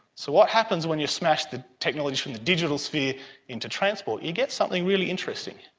so what happens when you smash the technology from the digital sphere into transport? you get something really interesting.